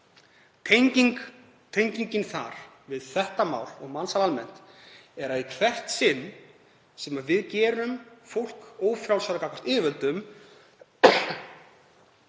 Tengingin þar við þetta mál og mansal almennt er að í hvert sinn sem við gerum fólk ófrjálsara gagnvart yfirvöldum